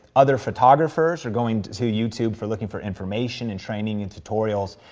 other photographers, you're going to youtube for looking for information, and training, and tutorials,